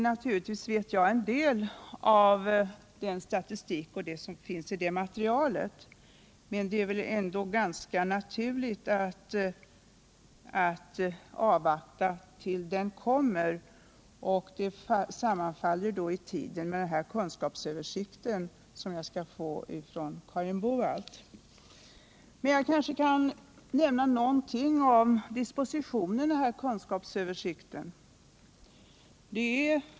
Naturligtvis vet jag en del om den statistik och annat som finns i det materialet, men det är väl ändå ganska naturligt att avvakta till dess be tänkandet kommer. Det sammanfaller i tiden med kunskapsöversikten — Nr 47 som jag skall få från Carin Boalt. Måndagen den Jag kanske kan nämna någonting om dispositionen av kunskapsöver 12 december 1977 sikten.